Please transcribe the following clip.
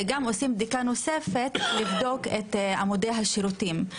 וגם עושים בדיקה נוספת של עמודי השירותים.